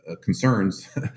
concerns